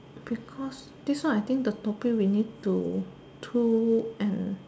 because this one I think the topic we need to two and